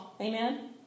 Amen